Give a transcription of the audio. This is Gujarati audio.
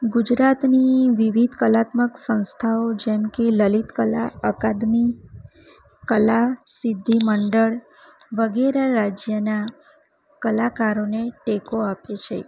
ગુજરાતની વિવિધ કલાત્મક સંસ્થાઓ જેમકે લલીતકલા અકાદમી કલા સિદ્ધિ મંડળ વગેરે રાજ્યના કલાકારોને ટેકો આપે છે